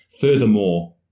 furthermore